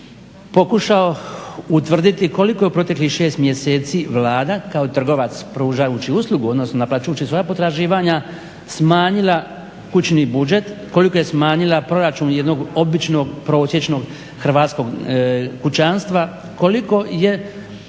pokušao utvrditi koliko je u proteklih 6 mjeseci Vlada kao trgovac pružajući uslugu, odnosno naplaćujući svoja potraživanja smanjila kućni budžet, koliko je smanjila proračun jednog običnog, prosječnog hrvatskog kućanstva, koliko je